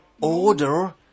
order